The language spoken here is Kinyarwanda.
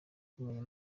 kumenya